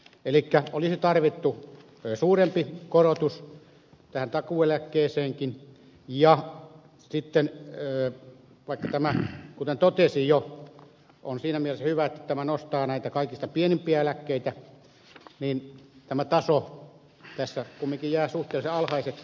eli olisi tarvittu suurempi korotus tähän takuueläkkeeseenkin ja vaikka tämä kuten totesin jo on siinä mielessä hyvä että tämä nostaa näitä kaikista pienimpiä eläkkeitä niin tämä taso kumminkin jää suhteellisen alhaiseksi